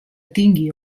tingui